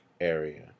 area